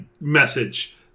message